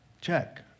Check